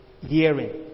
hearing